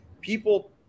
people